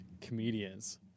comedians